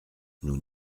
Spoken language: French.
nous